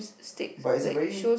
but it's a very